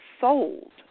sold